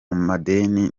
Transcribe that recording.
madeni